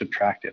subtractive